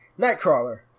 Nightcrawler